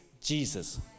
Jesus